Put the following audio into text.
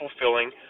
fulfilling